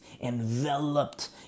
Enveloped